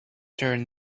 turn